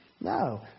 No